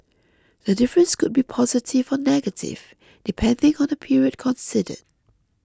the difference could be positive or negative depending on the period considered